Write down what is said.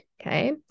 okay